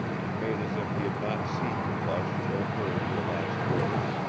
and made as if he had not seen the blush or heard her last words,